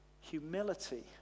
humility